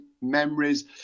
memories